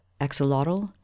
axolotl